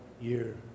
year